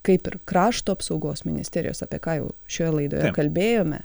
kaip ir krašto apsaugos ministerijos apie ką jau šioje laidoje kalbėjome